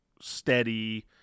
steady